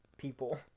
people